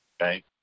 okay